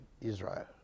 Israel